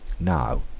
now